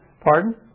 Pardon